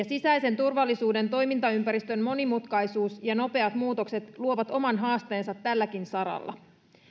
sisäisen turvallisuuden toimintaympäristön monimutkaisuus ja nopeat muutokset luovat oman haasteensa tälläkin saralla